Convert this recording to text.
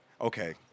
okay